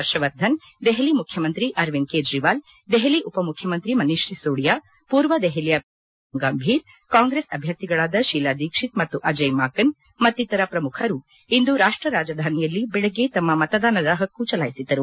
ಪರ್ಷವರ್ಧನ್ ದೆಹಲಿ ಮುಖ್ಯಮಂತ್ರಿ ಅರವಿಂದ್ ಕೇಜ್ರವಾಲ್ ದೆಹಲಿ ಉಪಮುಖ್ಯಮಂತ್ರಿ ಮನೀಶ್ ಸಿಸೋಡಿಯಾ ಪೂರ್ವ ದೆಹಲಿಯ ಬಿಜೆಪಿ ಅಭ್ಲರ್ಥಿ ಗೌತಮ್ ಗಂಭೀರ್ ಕಾಂಗ್ರೆಸ್ ಅಭ್ಯರ್ಥಿಗಳಾದ ಶೀಲಾದೀಕ್ಷಿತ್ ಮತ್ತು ಅಜಯ್ ಮಾಕನ್ ಮತ್ತಿತರ ಪ್ರಮುಖರು ಇಂದು ರಾಷ್ಟ ರಾಜಧಾನಿಯಲ್ಲಿ ಬೆಳಿಗ್ಗೆ ತಮ್ಮ ಮತದಾನದ ಹಕ್ಕು ಚಲಾಯಿಸಿದರು